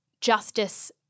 justice